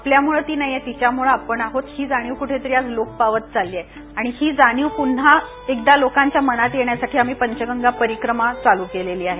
आपल्यामुळं ती नाही तर तीच्यामुळं आपण आहोत ही जाणीव कुठेतरी आह लोप पावत चालली आहे आणि जाणीव पुन्हा एकदा लोकांच्या मनात येण्यासाठी आम्ही पंचगंगा परीक्रमा चालू केली आहे